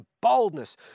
boldness